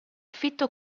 fitto